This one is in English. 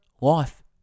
life